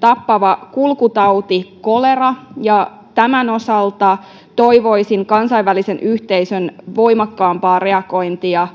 tappava kulkutauti kolera ja myös tämän osalta toivoisin kansainvälisen yhteisön voimakkaampaa reagointia